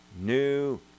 new